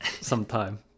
sometime